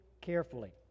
carefully